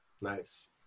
Nice